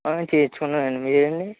చేయించుకున్నానండి మీరండి